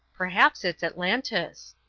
perhaps it's atlantis.